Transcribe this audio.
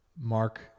Mark